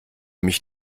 mich